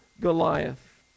goliath